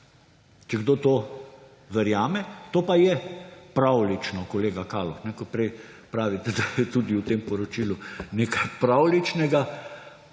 če kdo to verjame … To pa je pravljično, kolega Kaloh, ko prej pravite, da je tudi v tem poročilu nekaj pravljičnega.